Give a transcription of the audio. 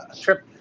trip